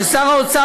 ששר האוצר,